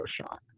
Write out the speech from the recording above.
shot